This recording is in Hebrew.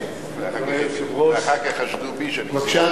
בבקשה,